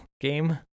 game